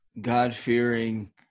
God-fearing